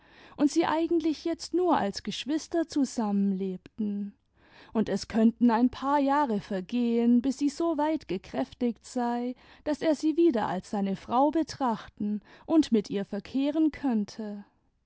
und sie eigentlich jetzt nur als geschwister zusammen lebten imd es könnten ein paar jahre vergehen bis sie so weit gekräftigt sei daß ex sie wieder als seine frau betrachten und mit ihr verkehren könnte